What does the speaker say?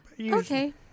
Okay